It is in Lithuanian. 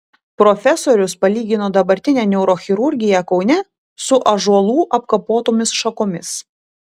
profesorius palygino dabartinę neurochirurgiją kaune su ąžuolu apkapotomis šakomis